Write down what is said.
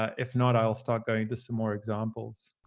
ah if not, i'll start going to some more examples.